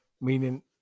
meaning